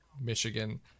Michigan